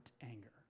anger